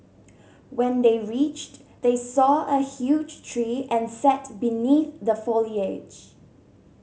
when they reached they saw a huge tree and sat beneath the foliage